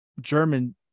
German